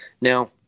now